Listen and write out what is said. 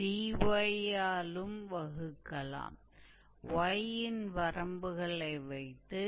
तो दूसरा रूप होगा जो हमें कर्व के लिए आर्क की लंबाई देगा